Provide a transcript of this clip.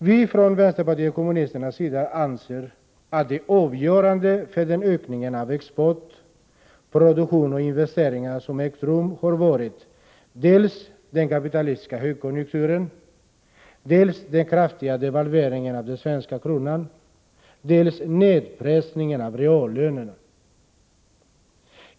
Vi från vänsterpartiet kommunisterna anser att det avgörande för den ökning av export, produktion och investeringar som ägt rum har varit dels den kapitalistiska högkonjunkturen, dels den kraftiga devalveringen av den svenska kronan, dels nedpressningen av reallönerna.